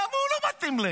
אבל מה כאב להם?